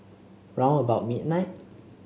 round about midnight